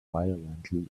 violently